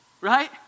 right